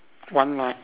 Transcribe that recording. one line